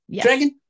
Dragon